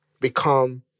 become